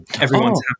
everyone's